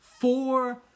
Four